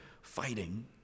fighting